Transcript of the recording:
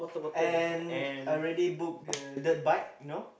and already book the dirt bike you know